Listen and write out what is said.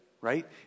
right